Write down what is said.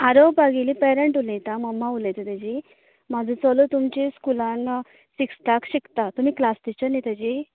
आरव पागीले पेरेन्ट उलयतां मम्मा उलयता तेजी म्हाजो चलो तुमचे स्कुलांत सिक्सथाक शिकता तुमी क्लास टिचर न्ही तेजी